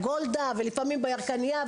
אז היא יוצאת לעבוד ב- ׳גולדה׳ ולפעמים גם בירקנייה.